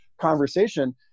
conversation